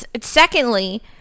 secondly